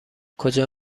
کجا